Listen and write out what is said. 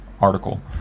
Article